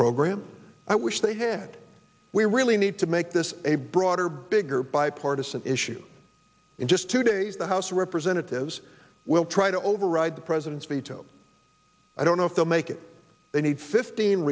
program i wish they had we really need to make this a broader bigger bipartisan issue in just two days the house representatives will try to override the president's veto i don't know if they'll make it they need fifteen